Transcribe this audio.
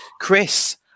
Chris